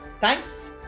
Thanks